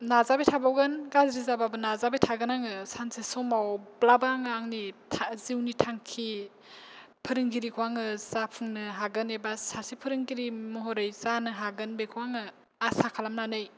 नाजाबाय थाबावगोन गाज्रि जाब्लाबो नाजाबाय थागोन आङो सानसे समावब्लाबो आङो आंनि जिउनि थांखि फोरोंगिरिखौ आङो जाफुंनो हागोन एबा सासे फोरोंगिरि महरै जानो हागोन बेखौ आङो आसा खालामनानै